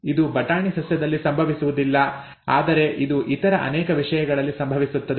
ಇದು ಬಟಾಣಿ ಸಸ್ಯದಲ್ಲಿ ಸಂಭವಿಸುವುದಿಲ್ಲ ಆದರೆ ಇದು ಇತರ ಅನೇಕ ವಿಷಯಗಳಲ್ಲಿ ಸಂಭವಿಸುತ್ತದೆ